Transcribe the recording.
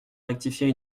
rectifier